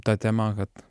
ta tema kad